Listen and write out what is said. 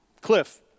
Cliff